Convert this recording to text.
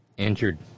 Injured